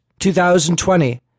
2020